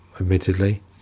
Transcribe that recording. admittedly